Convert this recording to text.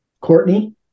Courtney